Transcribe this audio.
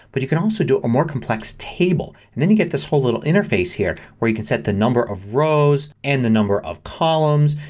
but you could also do a more complex table. and then you get this whole little interface here where you can set the number of rows and the number of columns.